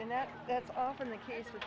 and that that's often the case w